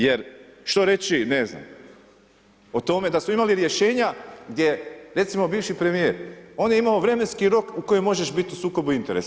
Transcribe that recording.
Jer što reći, ne znam, o tome da smo imali rješenja gdje recimo, bivši premijer, on je imao vremenski rok u kojem možeš biti u sukobu interesa.